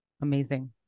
Amazing